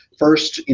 first, and